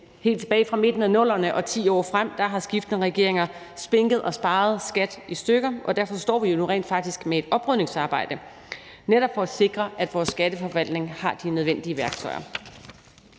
helt tilbage fra midten af 00'erne og 10 år frem har skiftende regeringer spinket og sparet skattevæsenet i stykker, og derfor står vi jo rent faktisk nu med et oprydningsarbejde netop for at sikre, at vores Skatteforvaltning har de nødvendige værktøjer.